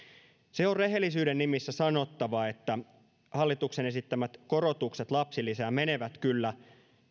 se on rehellisyyden nimissä sanottava että hallituksen esittämät korotukset lapsilisään menevät kyllä